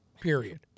period